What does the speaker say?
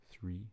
three